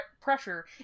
pressure